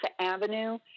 Avenue